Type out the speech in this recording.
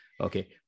Okay